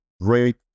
great